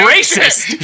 Racist